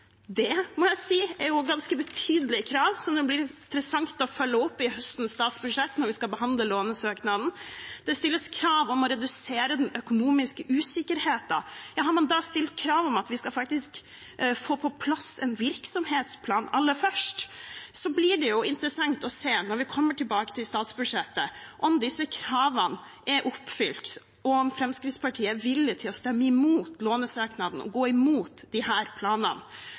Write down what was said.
Det må jeg si er et ganske betydelig krav som det blir interessant å følge opp i høstens statsbudsjett, når vi skal behandle lånesøknaden. Det stilles krav om å redusere den økonomiske usikkerheten. Har man stilt krav om at man faktisk skal få på plass en virksomhetsplan aller først, blir det jo interessant å se når vi kommer tilbake til statsbudsjettet, om disse kravene er oppfylt, og om Fremskrittspartiet er villig til å stemme imot lånesøknaden og gå imot disse planene.